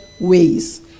ways